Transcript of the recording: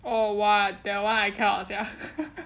oh !wah! that one I cannot sia